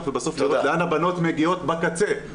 ובסוף זה יורד לאן הבנות מגיעות בקצה,